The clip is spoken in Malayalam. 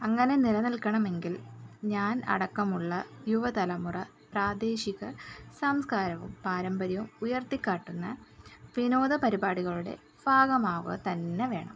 അങ്ങനെ നിലനിൽക്കണമെങ്കിൽ ഞാൻ അടക്കമുള്ള യുവ തലമുറ പ്രാദേശിക സംസ്കാരവും പാരമ്പര്യവും ഉയർത്തി കാട്ടുന്ന വിനോദ പരിപാടികളുടെ ഭാഗമാവുക തന്നെ വേണം